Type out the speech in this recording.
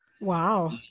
Wow